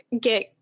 get